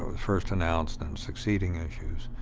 it was first announced and succeeding issues.